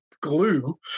glue